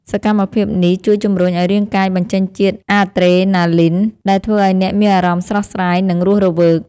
សកម្មភាពនេះជួយជម្រុញឱ្យរាងកាយបញ្ចេញជាតិអាដ្រេណាលីន ដែលធ្វើឱ្យអ្នកមានអារម្មណ៍ស្រស់ស្រាយ និងរស់រវើក។